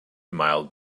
mild